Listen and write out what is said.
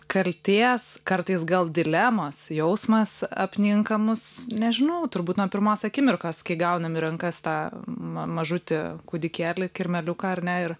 kaltės kartais gal dilemos jausmas apninka mus nežinau turbūt nuo pirmos akimirkos kai gaunam į rankas tą ma mažutį kūdikėlį kirmėliuką ar ne ir